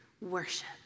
worship